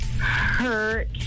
hurt